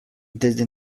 desde